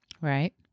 right